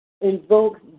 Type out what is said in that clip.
invokes